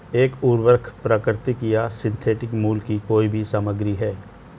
एक उर्वरक प्राकृतिक या सिंथेटिक मूल की कोई भी सामग्री है